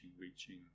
reaching